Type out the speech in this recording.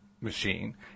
machine